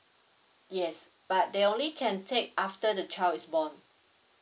yes but they only can take after the child is born